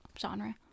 genre